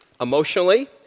emotionally